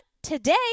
Today